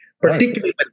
particularly